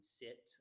sit